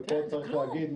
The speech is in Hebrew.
ופה צריך להגיד,